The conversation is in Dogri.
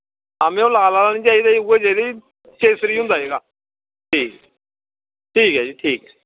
आं में लाल निं चाहिदा ई ओह् उऐ चाहिदा ई केसरी होंदा जेह्ड़ा ठीक ठीक ऐ जी ठीक ऐ